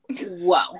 whoa